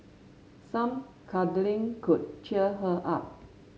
some cuddling could cheer her up